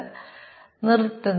അതിനാൽ ഞാൻ അത് വരയ്ക്കട്ടെ